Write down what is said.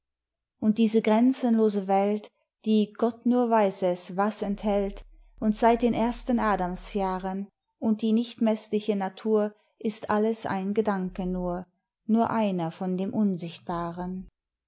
und diese grenzenlose welt die gott nur weis es was enthält und seit den ersten adamsjahren und die nicht meßliche natur ist alles ein gedanke nur nur einer von dem unsichtbaren